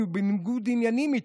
כי הוא בניגוד עניינים איתם.